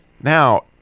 Now